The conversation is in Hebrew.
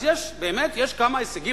אז באמת יש כמה הישגים,